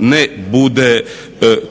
ne bude